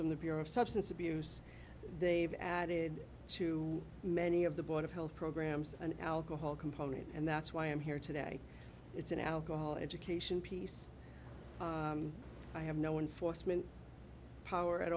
from the bureau of substance abuse they've added to many of the board of health programs and alcohol component and that's why i'm here today it's an alcohol education piece i have no one forced power at